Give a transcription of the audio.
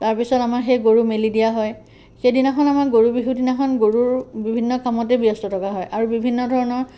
তাৰপিছত আমাৰ সেই গৰু মেলি দিয়া হয় সেইদিনাখন আমাৰ গৰুবিহুৰ দিনাখন গৰুৰ বিভিন্ন কামতেই ব্যস্ত থকা হয় আৰু বিভিন্ন ধৰণৰ